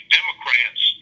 Democrats